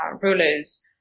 rulers